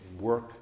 work